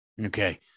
Okay